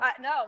no